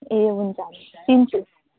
ए हुन्छ हुन्छ चिन्छु